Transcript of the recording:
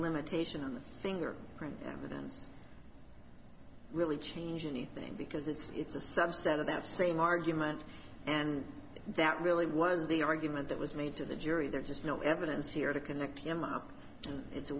limitation on the finger print evidence really change anything because it's a subset of that same argument and that really was the argument that was made to the jury there's just no evidence here to connect him up and it's a